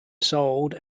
sold